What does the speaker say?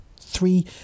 Three